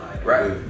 Right